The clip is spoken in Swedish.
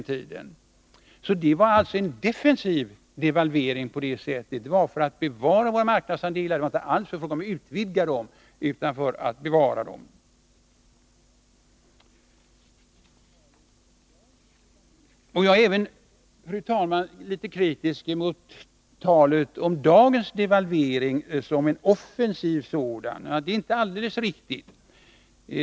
Det var alltså en defensiv devalvering. Den gjordes för att bevara våra marknadsandelar; det var inte alls fråga om att utvidga dem. Jag är, fru talman, även litet kritisk mot talet om dagens devalvering som en offensiv sådan. Det är inte alldeles riktigt.